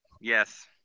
yes